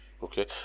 Okay